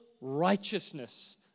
righteousness